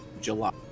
July